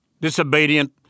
disobedient